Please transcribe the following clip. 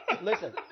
Listen